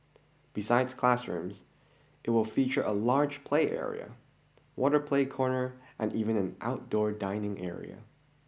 besides classrooms it will feature a large play area water play corner and even an outdoor dining area